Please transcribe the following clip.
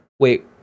Wait